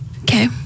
Okay